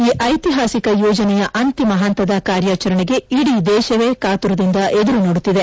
ಈ ಐತಿಹಾಸಿಕ ಯೋಜನೆಯ ಅಂತಿಮ ಪಂತದ ಕಾರ್ಜಾಚರಣೆಗೆ ಇಡೀ ದೇಶವೇ ಕಾತುರದಿಂದ ಎದುರು ನೋಡುತ್ತಿದೆ